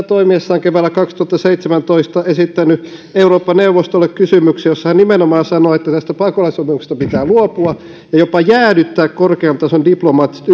toimiessaan keväällä kaksituhattaseitsemäntoista esittänyt eurooppa neuvostolle kysymyksen jossa hän nimenomaan sanoo että tästä pakolaissopimuksesta pitää luopua ja jopa jäädyttää korkean tason diplomaattiset